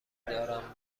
دارم